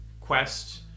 quest